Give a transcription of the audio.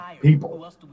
people